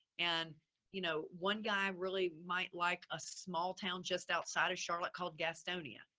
and you know, one guy really might like a small town just outside of charlotte called gastonia.